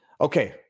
Okay